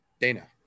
Dana